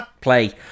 play